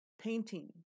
painting